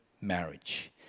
marriage